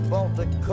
Baltic